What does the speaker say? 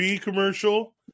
commercial